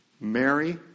Mary